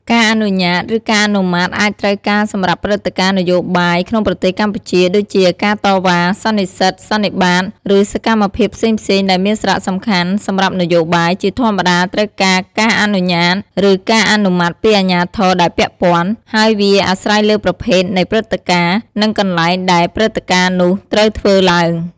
ការអនុញ្ញាត ឬការអនុម័តអាចត្រូវការសម្រាប់ព្រឹត្តិការណ៍នយោបាយក្នុងប្រទេសកម្ពុជា ដូចជា ការតវ៉ា សន្និសីទ សន្និបាត ឬសកម្មភាពផ្សេងៗដែលមានសារៈសំខាន់សម្រាប់នយោបាយ ជាធម្មតាត្រូវការការអនុញ្ញាត ឬការអនុម័តពីអាជ្ញាធរដែលពាក់ព័ន្ធ ហើយវាអាស្រ័យលើប្រភេទនៃព្រឹត្តិការណ៍ និងកន្លែងដែលព្រឹត្តិការណ៍នោះត្រូវធ្វើឡើង។